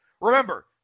remember